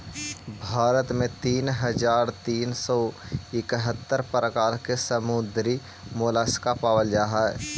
भारत में तीन हज़ार तीन सौ इकहत्तर प्रकार के समुद्री मोलस्का पाबल जा हई